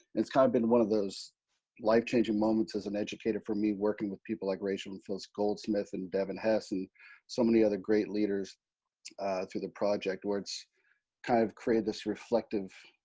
it's kind of been one of those life-changing moments as an educator for me working with people like rachel and phyllis goldsmith, and devin hess, and so many other great leaders through the project, where it's kind of created this reflective